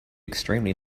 extremely